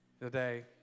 Today